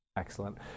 Excellent